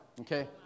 okay